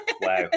Wow